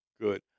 Good